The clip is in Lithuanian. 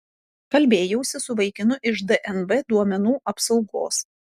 kalbėjausi su vaikinu iš dnb duomenų apsaugos